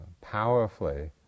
powerfully